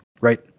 right